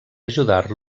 ajudar